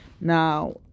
now